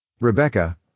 Rebecca